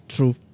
True